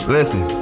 Listen